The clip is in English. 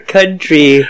country